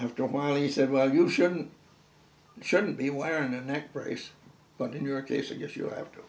after a while he said well you shouldn't shouldn't be wearing a neck brace but in your case i guess you'll have to